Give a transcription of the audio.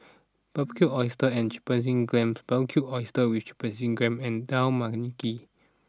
Barbecued Oysters and Chipotle Glaze Barbecued Oysters with Chipotle Glaze and Dal Makhani